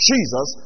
Jesus